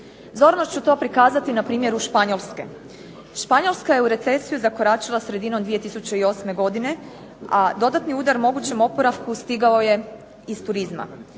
Zorno ću to prikazati na primjeru Španjolske. Španjolska je u recesiju zakoračila sredinom 2008. godine a dodatni udar mogućem oporavku stigao je iz turizma.